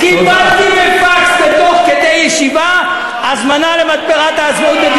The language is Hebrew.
קיבלתי בפקס תוך כדי ישיבה הזמנה למתפרת "העצמאות".